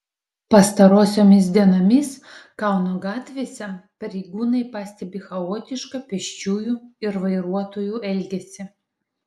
pastarosiomis dienomis kauno gatvėse pareigūnai pastebi chaotišką pėsčiųjų ir vairuotojų elgesį